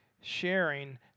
sharing